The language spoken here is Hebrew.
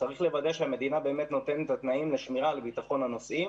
צריך לוודא שהמדינה באמת נותנת את התנאים לשמירה לביטחון הנוסעים